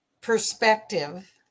perspective